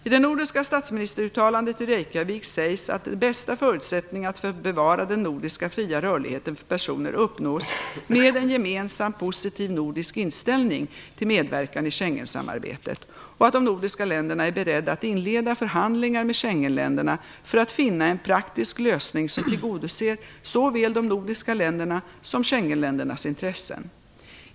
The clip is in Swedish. I det nordiska statsministeruttalandet i Reykjavik sägs att de bästa förutsättningarna för att bevara den nordiska fria rörligheten för personer uppnås med en gemensam positiv nordisk inställning till medverkan i Schengensamarbetet, och att de nordiska länderna är beredda att inleda förhandlingar med Schengenländerna för att finna en praktisk lösning, som tillgodoser såväl de nordiska ländernas som Schengenländernas intressen.